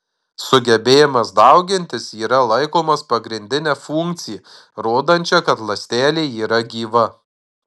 sugebėjimas daugintis yra laikomas pagrindine funkcija rodančia kad ląstelė yra gyva